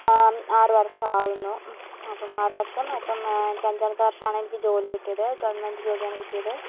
ആറു വർഷം ആകുന്നു അപ്പം ആറുവർഷം അപ്പം എനിക്ക് അഞ്ചാമത്തെ വർഷമാണ് എനിക്ക് ജോലി കിട്ടിയത് ഗവൺമെൻറ്റ് ജോലിയാണ് കിട്ടിയത്